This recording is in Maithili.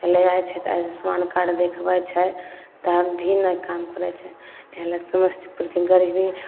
ले जाइ छै तऽ आयुष्मान कार्ड देखबै छै तब भी नहि काम करै छै एहला समस्तीपुरके गरीबी